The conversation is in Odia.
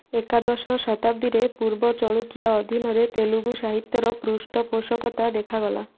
ଏକାଦଶ ଶତାବ୍ଦୀରେ ପୂର୍ବ ଚଲୁକିଆ ଅଧୀନରେ ତେଲୁଗୁ ସାହିତ୍ୟର ପୃଷ୍ଠପୋଷକତା ଦେଖାଗଲା